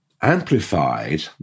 Amplified